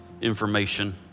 information